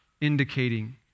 indicating